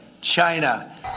China